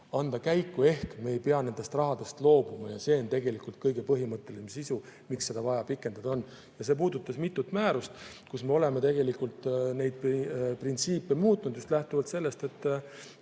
anda. Nüüd me ei pea nendest rahadest loobuma ja see on tegelikult põhiline sisu, miks on seda vaja pikendada. See puudutas mitut määrust, kus me oleme tegelikult neid printsiipe muutnud just lähtuvalt sellest, et